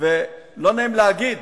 ולא נעים להגיד,